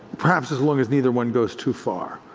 perhaps as long as neither one goes too far,